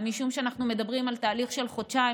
ומשום שאנחנו מדברים על תהלך של חודשיים,